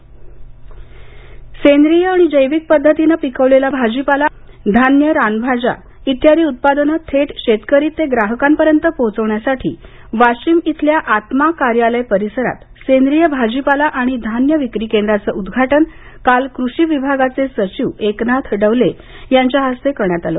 केंद्र उद्वाटन सेंद्रिय जैविक पद्धतीने पिकविलेला भाजीपाला धान्य रानभाज्या इत्यादी उत्पादने थेट शेतकरी ते ग्राहकांपर्यंत पोहोचवण्यासाठी वाशिम इथल्या आत्मा कार्यालय परिसरात सेंद्रिय भाजीपाला आणि धान्य विक्री केंद्राचं उद्घाटन काल कृषि विभागाचे सचिव एकनाथ डवले यांच्या हस्ते करण्यात आलं